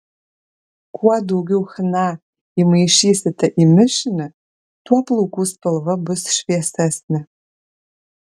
kuo daugiau chna įmaišysite į mišinį tuo plaukų spalva bus šviesesnė